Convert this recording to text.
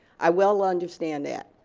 i well understand that.